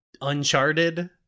Uncharted